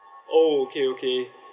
oh okay okay